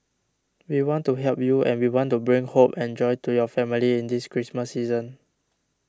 we want to help you and we want to bring hope and joy to your family in this Christmas season